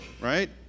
right